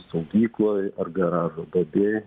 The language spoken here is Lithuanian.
saugykloj ar garažo duobėj